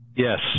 Yes